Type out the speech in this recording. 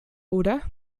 oder